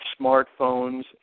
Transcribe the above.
smartphones